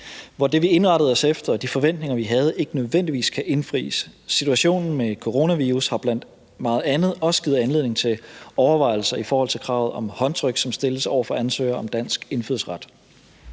Det, vi indrettede os efter, og de forventninger, vi havde, kan ikke nødvendigvis indfries. Situationen med coronavirus har blandt meget andet også givet anledning til overvejelser i forhold til kravet om håndtryk, som stilles til ansøgere om dansk indfødsret.